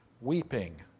weeping